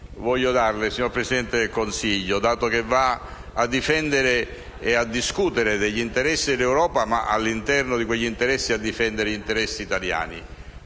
voglio darle, signor Presidente del Consiglio, dato che va a difendere e a discutere degli interessi dell'Europa, ma, all'interno di quegli interessi, va a difendere gli interessi italiani.